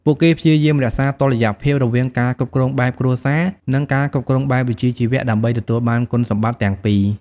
ពួកគេព្យាយាមរក្សាតុល្យភាពរវាងការគ្រប់គ្រងបែបគ្រួសារ និងការគ្រប់គ្រងបែបវិជ្ជាជីវៈ ដើម្បីទទួលបានគុណសម្បត្តិទាំងពីរ។